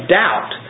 doubt